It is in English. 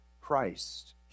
Christ